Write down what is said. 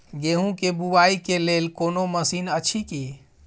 गेहूँ के बुआई के लेल कोनो मसीन अछि की?